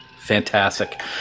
fantastic